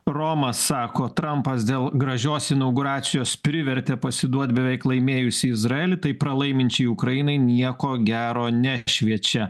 romas sako trampas dėl gražios inauguracijos privertė pasiduot beveik laimėjusį izraelį tai pralaiminčiai ukrainai nieko gero ne šviečia